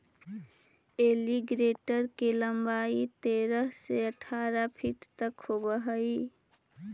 alligator के लंबाई तेरह से अठारह फीट तक होवऽ हइ